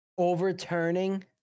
overturning